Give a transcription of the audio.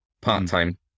part-time